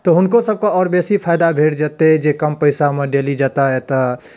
तऽ हुनकोसभके आओर बेसी फाइदा भेटि जेतै जे कम पइसामे डेली जेताह अएताह